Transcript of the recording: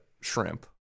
shrimp